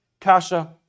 Kasha